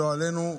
לא עלינו,